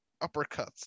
uppercuts